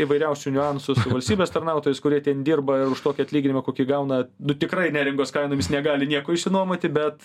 įvairiausių niuansų valstybės tarnautojus kurie ten dirba už tokį atlyginimą kokį gauna nu tikrai neringos kainomis negali nieko išsinuomoti bet